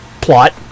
plot